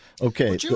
Okay